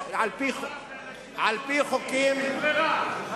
על-פי חוקים, אין ברירה.